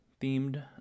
themed